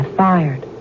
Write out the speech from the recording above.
fired